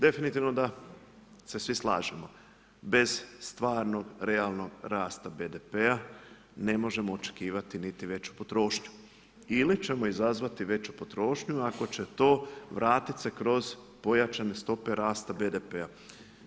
Definitivno da se svi slažemo, bez stvarnog realnog rasta BDP-a ne možemo očekivati veću potrošnju, ili ćemo izazvati veću potrošnju ako će to vratiti se kroz pojačane stope rasta BDP-a.